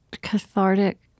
cathartic